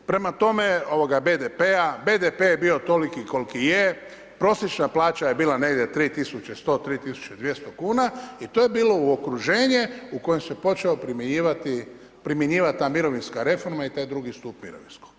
Prema tome, ovoga BDP-a, BDP je bio toliki koliki je, prosječna plaća je bila negdje 3100, 3200 kuna i to je bilo okruženje u kojem se počeo primjenjivati ta mirovinska reforma i taj II stup mirovinskog.